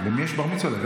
למי יש בר-מצווה?